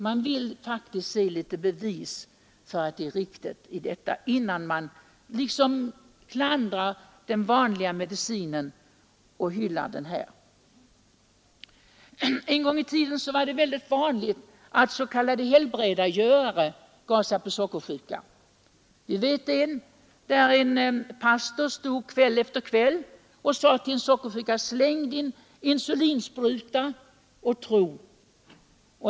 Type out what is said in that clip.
Jag vill faktiskt se ett bevis på att medlet hjälper, innan jag godtar att någon prisar preparatet och klandrar den vanliga medicinen! En gång i tiden var det mycket vanligt att s.k. helbrägdagörare vände sig till de sockersjuka. Det fanns t.ex. en pastor som kväll efter kväll uppmanade de sockersjuka: Släng din insulinspruta och tro!